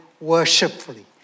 worshipfully